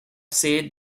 said